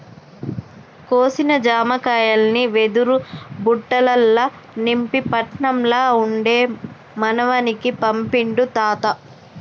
కోసిన జామకాయల్ని వెదురు బుట్టలల్ల నింపి పట్నం ల ఉండే మనవనికి పంపిండు తాత